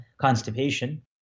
constipation